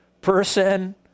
Person